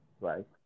right